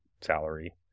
salary